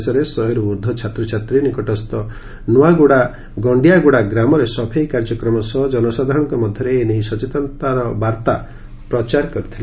ଶେଷରେ ଶହେରୁ ଉର୍ଦ୍ଦ ଛାତ୍ରଛାତ୍ରୀ ନିକଟସ୍ଥ ନୂଆଗୁଡ଼ା ଓ ଗଣ୍ଡିଆଗୁଡ଼ା ଗ୍ରାମରେ ସଫେଇ କାର୍ଯ୍ୟକ୍ରମ ସହ ଜନସାଧାରଣଙ୍କ ମଧ୍ଧରେ ସଚେତନତାର ବାର୍ଭା ପ୍ରଚାର କରିଥିଲେ